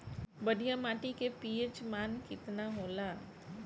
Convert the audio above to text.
बढ़िया माटी के पी.एच मान केतना होला?